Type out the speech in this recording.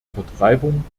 vertreibung